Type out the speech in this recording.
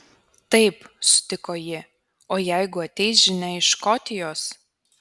taip sutiko ji o jeigu ateis žinia iš škotijos